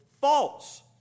false